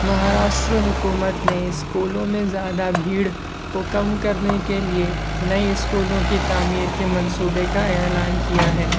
مہاراشٹر حکومت نے اسکولوں میں زیادہ بھیڑ کو کم کرنے کے لیے نئے اسکولوں کی تعمیر کے منصوبہ کا اعلان کیا ہے